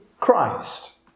Christ